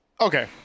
okay